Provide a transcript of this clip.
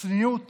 צניעות